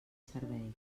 servei